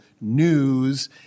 news